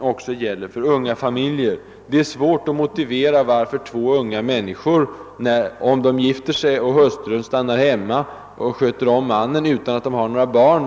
också gäller för unga familjer. Det är svårt att motivera varför två unga människor som gifter sig skall få ett sådant här bidrag för att hustrun stannar i hemmet och sköter om mannen, även om de inte har några barn.